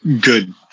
good